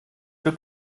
ein